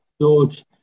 George